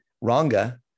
Ranga